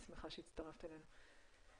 אני שמחה שהצטרפת אלינו.